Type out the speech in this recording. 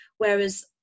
whereas